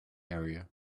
area